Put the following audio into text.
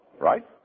Right